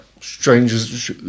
strangers